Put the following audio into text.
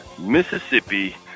Mississippi